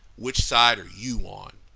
which side are you on?